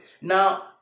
Now